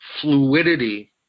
fluidity